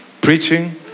Preaching